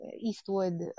Eastwood